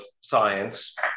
science